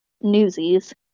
newsies